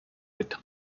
mit